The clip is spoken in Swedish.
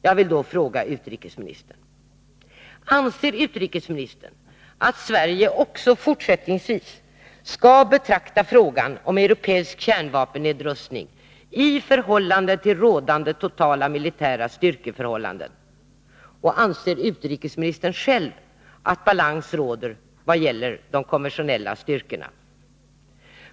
Jag vill då fråga utrikesministern: Anser nationella nedrustutrikesministern att Sverige också fortsättningsvis skall betrakta frågan om ningsarbetet europeisk kärnvapennedrustning i förhållande till rådande totala militära styrkeförhållanden och anser utrikesministern att balans råder vad gäller de konventionella styrkorna?